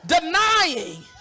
denying